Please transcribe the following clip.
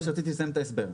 רציתי לסיים את ההסבר.